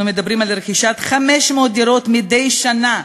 אנחנו מדברים על רכישת 500 דירות מדי שנה,